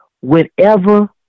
whenever